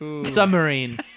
submarine